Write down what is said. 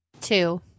Two